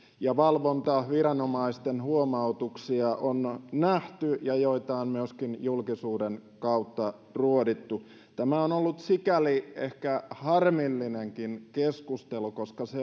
ja valvontaviranomaisten huomautuksia on nähty ja niitä on myöskin julkisuuden kautta ruodittu tämä on ollut sikäli ehkä harmillinenkin keskustelu koska se